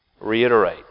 reiterate